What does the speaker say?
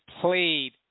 played